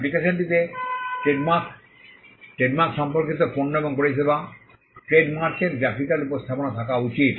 অ্যাপ্লিকেশনটিতে trademark trademark সম্পর্কিত পণ্য এবং পরিষেবা ট্রেড মার্কের গ্রাফিকাল উপস্থাপনা থাকা উচিত